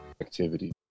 activity